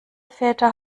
väter